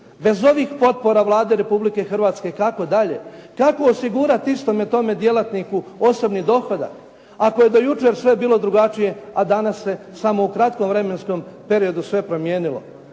bez ovih potpora Vlade Republike Hrvatske kako dalje? Kako osigurat istome tome djelatniku osobni dohodak ako je do jučer sve bilo drugačije, a danas se samo u kratkom vremenskom periodu sve promijenilo.